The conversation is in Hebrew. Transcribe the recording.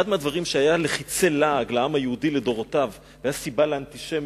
אחד מהדברים שהיה לחצי לעג לעם היהודי לדורותיו והיה סיבה לאנטישמיות,